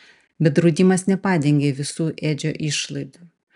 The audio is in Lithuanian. bet draudimas nepadengė visų edžio išlaidų